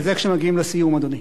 אבל זה כשמגיעים לסיום, אדוני.